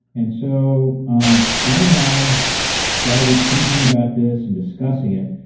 and so um ben and i started thinking about this and discussing it,